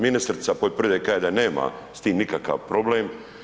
Ministrica poljoprivrede kaže da nema s tim nikakav problem.